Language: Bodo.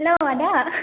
हेलौ आदा